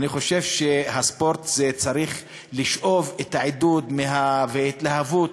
אני חושב שהספורט צריך לשאוב את העידוד, ההתלהבות